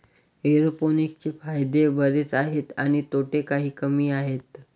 एरोपोनिक्सचे फायदे बरेच आहेत आणि तोटे काही कमी आहेत